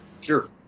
Sure